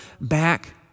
back